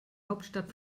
hauptstadt